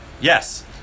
Yes